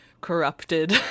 corrupted